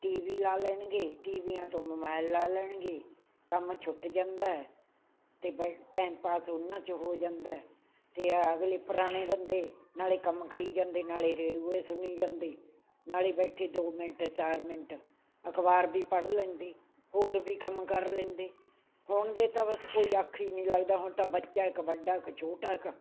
T V ਲਾ ਲੈਣਗੇ ਟੀਵੀਆਂ ਤੋਂ ਮੋਬਾਇਲ ਲਾ ਲੈਣਗੇ ਕੰਮ ਛੁੱਟ ਜਾਂਦਾ ਅਤੇ ਬੈ ਟੈਮ ਪਾਸ ਉਹਨਾਂ 'ਚ ਹੋ ਜਾਂਦਾ ਅਤੇ ਅਗਲੇ ਪੁਰਾਣੇ ਬੰਦੇ ਨਾਲੇ ਕੰਮ ਕਰੀ ਜਾਂਦੇ ਨਾਲੇ ਰੇਡੂਏ ਸੁਣੀ ਜਾਂਦੇ ਨਾਲੇ ਬੈਠੇ ਦੋ ਮਿੰਟ ਚਾਰ ਮਿੰਟ ਅਖਬਾਰ ਵੀ ਪੜ੍ਹ ਲੈਂਦੇ ਹੋਰ ਵੀ ਕੰਮ ਕਰ ਲੈਂਦੇ ਹੁਣ ਦੇ ਤਾਂ ਬਸ ਕੋਈ ਆਖੇ ਹੀ ਨਹੀਂ ਲੱਗਦਾ ਹੁਣ ਤਾਂ ਬੱਚਾ ਇੱਕ ਵੱਡਾ ਇੱਕ ਛੋਟਾ ਇੱਕ